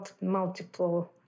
multiple